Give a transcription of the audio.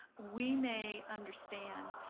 we may understand,